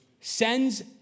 sends